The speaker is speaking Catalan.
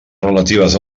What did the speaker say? relatives